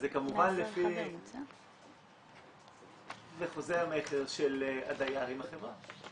אז זה כמובן לפי חוזה המכר של הדייר עם החברה.